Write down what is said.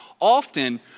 often